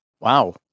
Wow